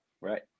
Right